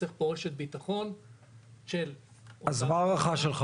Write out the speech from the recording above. נצטרך פה רשת ביטחון של --- אז מה הערכה שלך,